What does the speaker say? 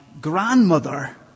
grandmother